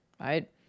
Right